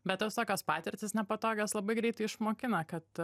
be tos tokios patirtys nepatogios labai greitai išmokina kad